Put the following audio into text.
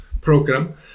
program